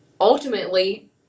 ultimately